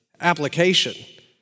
application